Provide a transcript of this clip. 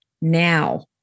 Now